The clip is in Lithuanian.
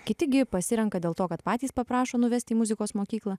kiti gi pasirenka dėl to kad patys paprašo nuvest į muzikos mokyklą